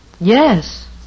Yes